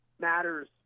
matters